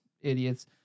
idiots